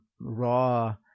raw